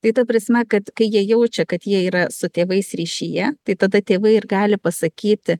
tai ta prasme kad kai jie jaučia kad jie yra su tėvais ryšyje tai tada tėvai ir gali pasakyti